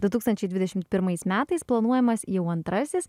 du tūkstančiai dvidešimt pirmais metais planuojamas jau antrasis